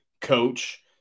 coach